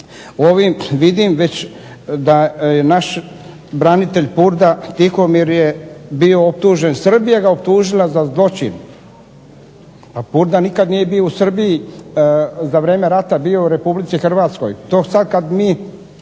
Ovim vidim već da je naš branitelj Purda Tihomir je bio optužen, Srbija ga optužila za zloćin, a Purda nikad nije bio u Srbiji. Za vrijeme rata je bio u Republici Hrvatskoj. To sad kad mi